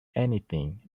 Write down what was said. anything